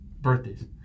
birthdays